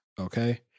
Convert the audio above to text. Okay